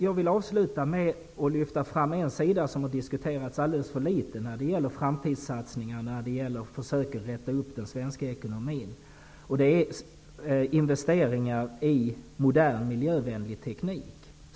Jag vill avsluta med att lyfta fram en sida som har diskuterats alldeles för litet när det gäller framtidssatsningarna och försöken att räta upp den svenska ekonomin, och det är investeringar i modern miljövänlig teknik.